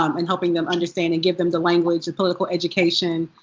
um and helping them understand and give them the language and political education,